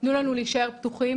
תנו לנו להישאר פתוחים.